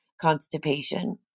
constipation